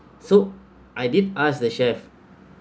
so I did ask the chef